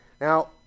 Now